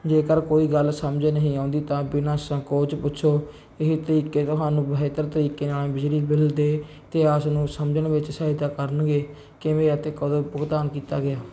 ਜੇਕਰ ਕੋਈ ਗੱਲ ਸਮਝ ਨਹੀਂ ਆਉਂਦੀ ਤਾਂ ਬਿਨਾਂ ਸੰਕੋਚ ਪੁੱਛੋ ਇਹ ਤਰੀਕੇ ਤੁਹਾਨੂੰ ਬਿਹਤਰ ਤਰੀਕੇ ਨਾਲ ਬਿਜਲੀ ਬਿੱਲ ਦੇ ਇਤਿਹਾਸ ਨੂੰ ਸਮਝਣ ਵਿੱਚ ਸਹਾਇਤਾ ਕਰਨਗੇ ਕਿਵੇਂ ਅਤੇ ਕਦੋਂ ਭੁਗਤਾਨ ਕੀਤਾ ਗਿਆ